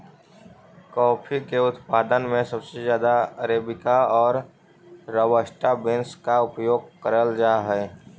coffee के उत्पादन में सबसे ज्यादा अरेबिका और रॉबस्टा बींस का उपयोग करल जा हई